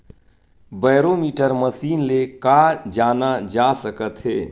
Barometer machine से का जाना जा सकत हे?